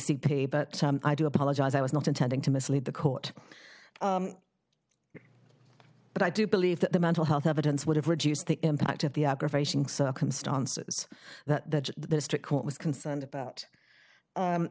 c p but i do apologize i was not intending to mislead the court but i do believe that the mental health evidence would have reduced the impact of the aggravation circumstances that the district court was concerned about